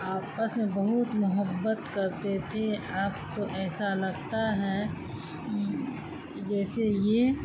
آپس میں بہت محبت کرتے تھے اب تو ایسا لگتا ہے جیسے یہ